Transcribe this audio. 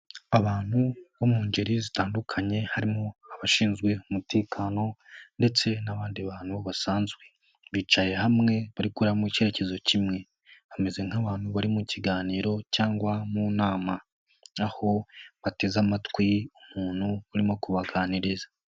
Abantu bo mu ngeri zitandukanye, harimo abashinzwe umutekano ndetse n'abandi bantu basanzwe, bicaye hamwe barikureba mu cyerekezo kimwe, bameze nk'abantu bari mu kiganiro cyangwa mu nama, aho bateze amatwi umuntu urimo kubaganiriza.